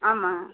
ஆமாம்